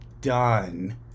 done